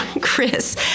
Chris